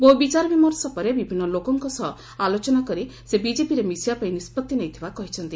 ବହୁ ବିଚାର ବିମର୍ଶ ପରେ ବିଭିନ୍ନ ଲୋକଙ୍କ ସହ ଆଲୋଚନା କରି ସେ ବିଜେପିରେ ମିଶିବା ପାଇଁ ନିଷ୍ବଉି ନେଇଥିବା କହିଛନ୍ତି